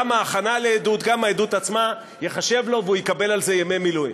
גם ההכנה לעדות וגם העדות עצמה ייחשבו לו והוא יקבל על זה ימי מילואים.